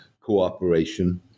cooperation